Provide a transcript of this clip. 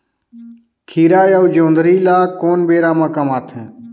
खीरा अउ जोंदरी ल कोन बेरा म कमाथे?